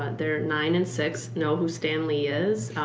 they're nine and six, know who stan lee is.